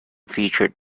featured